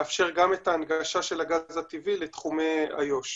לאפשר גם את ההנגשה של הגז הטבעי לתחומי איו"ש.